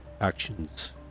actions